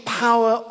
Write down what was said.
power